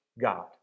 God